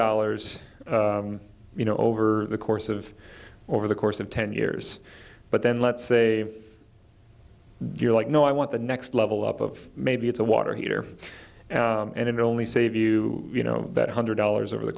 dollars you know over the course of over the course of ten years but then let's say you're like no i want the next level up of maybe it's a water heater and it only save you that hundred dollars over the